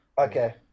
Okay